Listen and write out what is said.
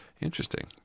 Interesting